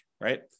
right